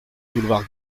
boulevard